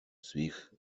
swych